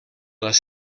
les